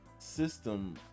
system